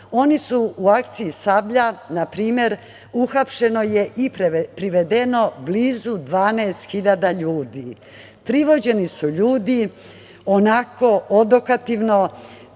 U akciji „Sablja“, na primer, uhapšeno je i privedeno blizu 12.000 ljudi. Privođeni su ljudi onako odokativno,